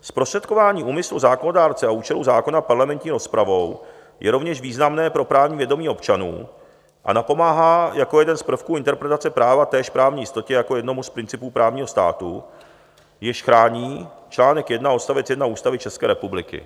Zprostředkování úmyslu zákonodárce a účelu zákona parlamentní rozpravou je rovněž významné pro právní vědomí občanů a napomáhá jako jeden z prvků interpretace práva též právní jistotě jako jednomu z principů právního státu, jež chrání čl. 1 odst. 1 Ústavy České republiky.